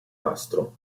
nastro